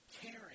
caring